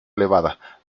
elevada